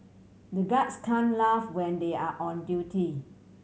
the guards can laugh when they are on duty